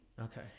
Okay